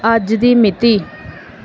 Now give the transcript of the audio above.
ਅੱਜ ਦੀ ਮਿਤੀ